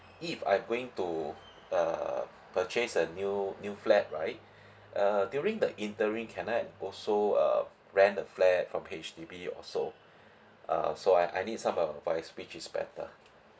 if I'm going to err purchase a new new flat right uh during the interim can I also err rent a flat from H_D_B or so err so I I need some advice which is better